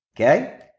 Okay